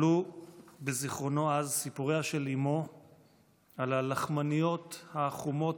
עלו בזיכרונו אז סיפוריה של אימו על הלחמניות החומות,